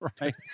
right